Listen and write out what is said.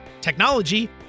technology